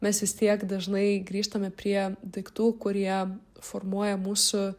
mes vis tiek dažnai grįžtame prie daiktų kurie formuoja mūsų